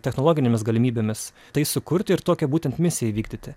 technologinėmis galimybėmis tai sukurti ir tokią būtent misiją įvykdyti